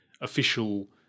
official